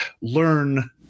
learn